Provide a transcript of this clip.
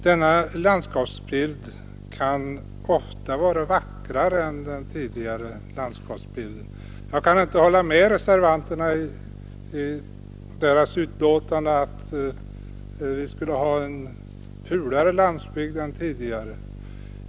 Denna landskapsbild kan också vara vackrare än den tidigare landskapsbilden. Jag kan inte hålla med reservanterna i deras uttalande att vi skulle ha en fulare landsbygd än tidigare.